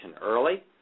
early